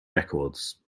records